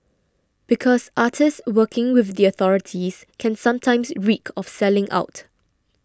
because artists working with the authorities can sometimes reek of selling out